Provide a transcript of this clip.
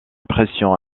pression